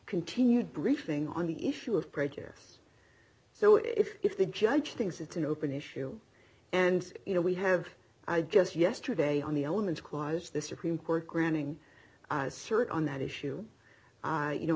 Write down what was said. continued briefing on the issue of prejudice so if if the judge thinks it's an open issue and you know we have i just yesterday on the elements clause the supreme court granting cert on that issue i you know